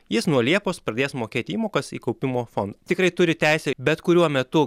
jis nuo liepos pradės mokėti įmokas į kaupimo fondą tikrai turi teisę bet kuriuo metu